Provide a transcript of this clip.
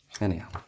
Anyhow